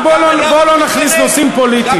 בוא לא, בוא לא נכניס נושאים פוליטיים.